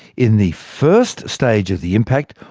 in the first stage of the impact,